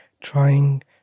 trying